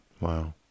Wow